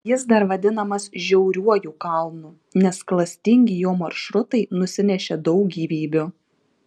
jis dar vadinamas žiauriuoju kalnu nes klastingi jo maršrutai nusinešė daug gyvybių